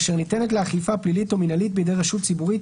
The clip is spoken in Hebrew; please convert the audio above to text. אשר ניתנת לאכיפה פלילית או מינהלית בידי רשות ציבורית,